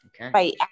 Okay